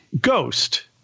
ghost